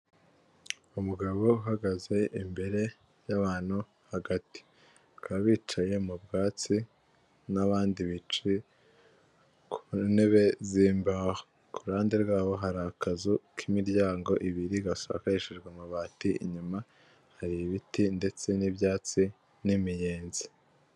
Umugabo uhagaze imbere y'abantu hagati, bakaba bicaye mu byatsi n'abandi bicaye ku ntebe z'imbaho, ku ruhande rwabo hari akazu k'imiryango ibiri gasakajwe amabati, inyuma hari ibiti ndetse n'ibyatsi n'imiyenzi.